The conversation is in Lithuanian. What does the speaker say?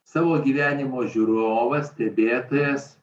savo gyvenimo žiūrovas stebėtojas